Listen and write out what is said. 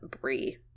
brie